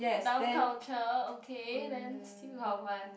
Dove Culture okay then still got what